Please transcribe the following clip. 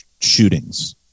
shootings